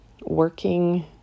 working